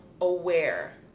aware